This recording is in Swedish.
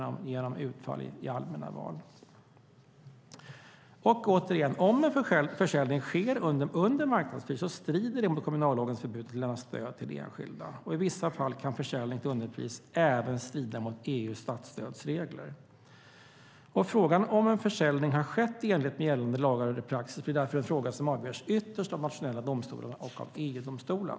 Om en försäljning sker under marknadspris strider det mot kommunallagens förbud mot att lämna stöd till enskilda. I vissa fall kan försäljning till underpris även strida mot EU:s statsstödsregler. Frågan om en försäljning har skett i enlighet med gällande lagar eller praxis blir därför en fråga som avgörs ytterst av de nationella domstolarna och av EU-domstolen.